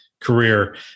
career